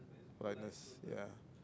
politeness ya